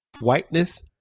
whiteness